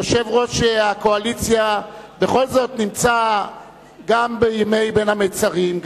יושב-ראש הקואליציה בכל זאת נמצא גם בימי בין המצרים,